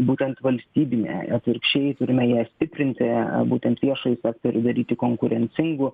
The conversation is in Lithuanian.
būtent valstybinė atvirkščiai turime ją stiprinti būtent viešąjį sektorių daryti konkurencingu